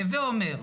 הווה אומר,